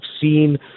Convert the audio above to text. seen